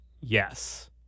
yes